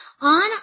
on